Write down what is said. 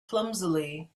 clumsily